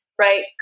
right